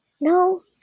No